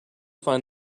find